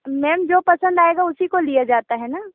ma'am जो पसंद आयेगा उसी को लिया जाता है ना